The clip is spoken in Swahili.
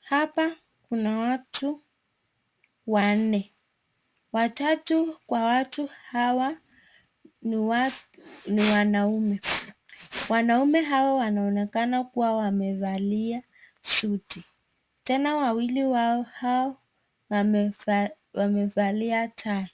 Hapa kuna watu wanne. Watatu kwa watu hawa ni wanaume. Wanaaume hawa wanaonekana kuwa wamevalia suti. Tena wawili kwa hao wamevalia tai